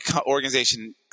organization